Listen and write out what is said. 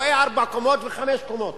רואה ארבע קומות וחמש קומות